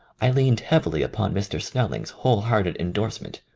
i leaned heavily upon mr. snelling's whole hearted endorsement,